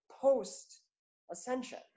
post-ascension